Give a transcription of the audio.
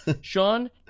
Sean